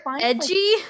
edgy